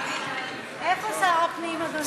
איפה שר הפנים, אדוני?